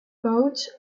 boats